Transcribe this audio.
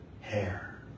hair